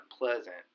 unpleasant